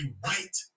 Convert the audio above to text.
white